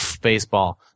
baseball